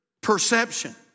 perception